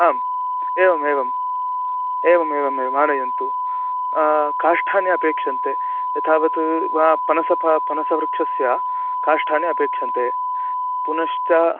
आम् एवमेवम् एवमेवमेवम् आनयन्तु काष्ठानि अपेक्षन्ते यथावत् वा पनस फ पनसवृक्षस्य काष्ठानि अपेक्षन्ते पुनश्च